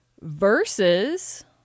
Versus